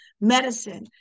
medicine